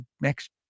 next